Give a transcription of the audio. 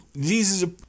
Jesus